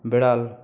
বেড়াল